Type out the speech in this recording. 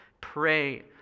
pray